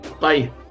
Bye